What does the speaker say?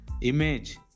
image